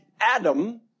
Adam